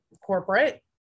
corporate